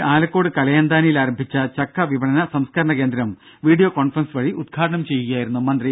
ഇടുക്കി ആലക്കോട് കലയന്താനിയിൽ ആരംഭിച്ച ചക്ക വിപണന സംസ്കരണ കേന്ദ്രം വീഡിയോ കോൺഫറൻസ് വഴി ഉദ്ഘാടനം ചെയ്യുകയായിരുന്നു മന്ത്രി